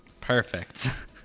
Perfect